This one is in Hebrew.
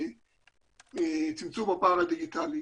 בצמצום הפער הדיגיטלי.